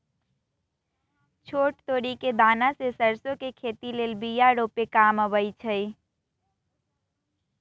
छोट तोरि कें दना से सरसो के खेती लेल बिया रूपे काम अबइ छै